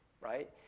right